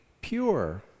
pure